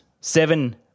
seven